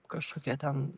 kažkokie ten